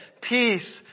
peace